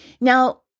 Now